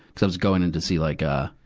because i was going in to see like, ah,